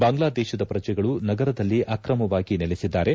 ಬಾಂಗ್ಲಾದೇಶದ ಪ್ರಜೆಗಳು ನಗರದಲ್ಲಿ ಆಕ್ರಮವಾಗಿ ನೆಲೆಸಿದ್ದಾರೆ